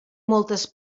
moltes